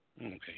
Okay